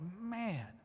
man